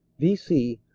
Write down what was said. v c,